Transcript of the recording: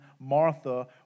Martha